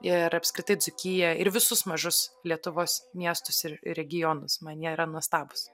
ir apskritai dzūkiją ir visus mažus lietuvos miestus ir regionus man jie yra nuostabūs